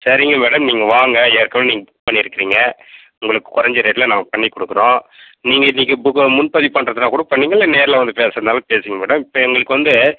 சரிங்க மேடம் நீங்கள் வாங்க ஏற்கனவே நீங்கள் புக் பண்ணிருக்கிறீங்கள் உங்களுக்கு குறந்த ரேட்டில் நாங்கள் பண்ணிக் கொடுக்குறோம் நீங்கள் இன்னக்கு புக்கை முன்பதிவு பண்ணுறதுனா கூட பண்ணிங்க இல்லை நேரில் வந்து பேசுகிறதுனாலும் பேசுங்கள் மேடம் இப்போ எங்களுக்கு வந்து